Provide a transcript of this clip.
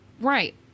right